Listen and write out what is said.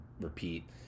repeat